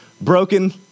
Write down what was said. broken